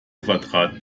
quadrat